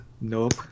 nope